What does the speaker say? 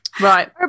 right